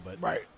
Right